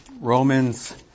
Romans